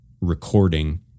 recording